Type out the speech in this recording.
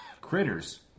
Critters